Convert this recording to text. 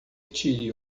tire